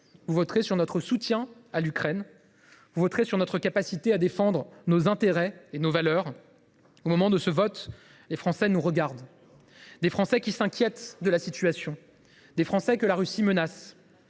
l’Ukraine, sur notre soutien à l’Ukraine et sur notre capacité à défendre nos intérêts et nos valeurs. Au moment de ce vote, les Français nous regardent ; des Français qui s’inquiètent de la situation, des Français que la Russie menace,